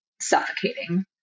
suffocating